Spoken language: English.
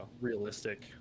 realistic